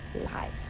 life